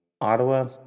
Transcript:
Ottawa